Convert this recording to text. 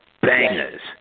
Bangers